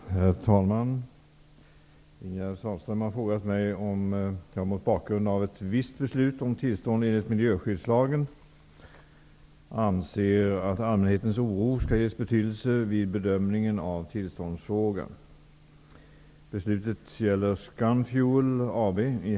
Herr talman! Ingegerd Sahlström har frågat mig om jag mot bakgrund av ett visst beslut om tillstånd enligt miljöskyddslagen anser att allmänhetens oro skall ges betydelse vid bedömningen av tillståndsfrågan.